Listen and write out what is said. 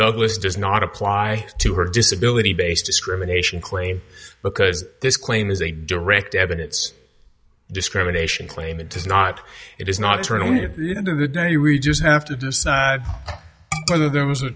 douglas does not apply to her disability based discrimination claim because this claim is a direct evidence discrimination claim it does not it is not turning it into the day you read just have to decide whether there was a